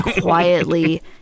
quietly